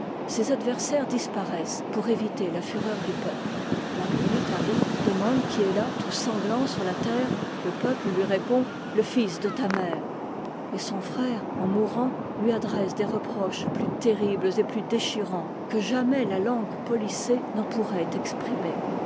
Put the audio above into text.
ses adversaires disparaissent pour éviter la fureur du peuple marguerite arrive demande qui est là tout sanglant sur la terre le peuple lui répond le fils de ta mère et son frère en mourant lui adresse des reproches plus terribles et plus déchirants que jamais la langue policée n'en pourrait exprimer